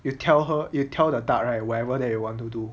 you tell her you tell the duck right wherever they want to do